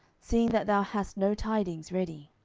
seeing that thou hast no tidings ready?